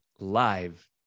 live